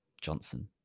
Johnson